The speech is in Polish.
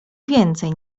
więcej